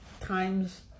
times